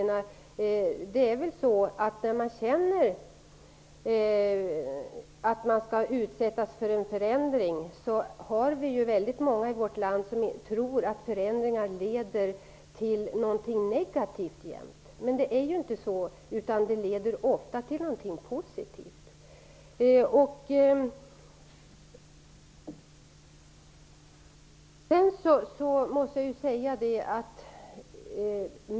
När man vet att man skall utsättas för en förändring är det många i vårt land som tror att förändringarna alltid leder till något negativt. Men det är ju inte så, utan det leder ofta till någonting positivt.